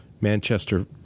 Manchester